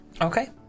Okay